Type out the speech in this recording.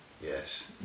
Yes